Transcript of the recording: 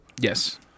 yes